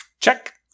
Check